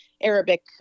Arabic